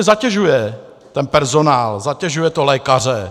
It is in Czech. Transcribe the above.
Zatěžuje to personál, zatěžuje to lékaře.